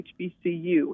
HBCU